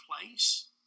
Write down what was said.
place